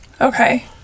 Okay